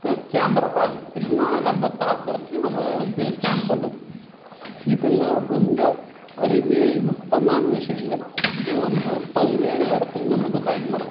க கேமரா எல்லாம் நம்ம பார்க்குறதையும் நம்ம வந்து ஸ்கேன் பண்ணணும் இதெல்லாம் ரொம்ப அறிவியல் நுட்பமான விஷயங்கள் இது வந்து பல்வேறு இடத்துலயும் நம்மளுக்கு பயன்படும்